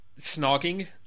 snogging